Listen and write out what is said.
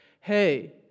hey